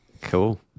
cool